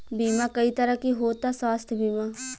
बीमा कई तरह के होता स्वास्थ्य बीमा?